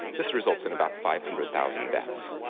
this results in about five hundred thousand deaths.